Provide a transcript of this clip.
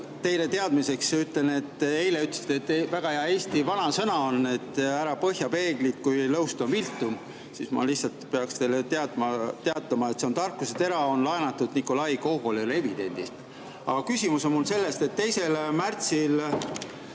teile teadmiseks ütlen, et te eile ütlesite, et väga hea eesti vanasõna on, et ära põhja peeglit, kui lõust on viltu. Ma lihtsalt peaks teile teatama, et see tarkusetera on laenatud Nikolai Gogoli "Revidendist". Aga küsimus on mul selle kohta, et 2. märtsil